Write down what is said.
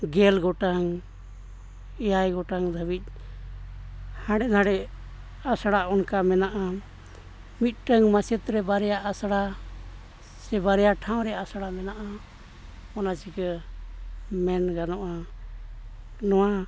ᱜᱮᱞ ᱜᱚᱴᱟᱝ ᱮᱭᱟᱭ ᱜᱚᱴᱟᱝ ᱫᱷᱟᱹᱵᱤᱡᱽ ᱦᱟᱸᱰᱮᱼᱱᱷᱟᱰᱮ ᱟᱥᱲᱟ ᱚᱱᱠᱟ ᱢᱮᱱᱟᱜᱼᱟ ᱢᱤᱫᱴᱟᱝ ᱢᱟᱪᱮᱫ ᱨᱮ ᱵᱟᱨᱭᱟ ᱟᱥᱲᱟ ᱥᱮ ᱵᱟᱨᱭᱟ ᱴᱷᱟᱶ ᱨᱮ ᱟᱥᱲᱟ ᱢᱮᱱᱟᱜᱼᱟ ᱚᱱᱟ ᱪᱮᱠᱟ ᱢᱮᱱ ᱜᱟᱱᱚᱜᱼᱟ ᱱᱚᱣᱟ